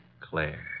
Claire